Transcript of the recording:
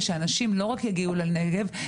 שאנשים לא רק יגיעו לנגב,